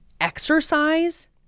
exercise